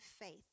faith